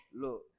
Look